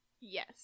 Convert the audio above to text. Yes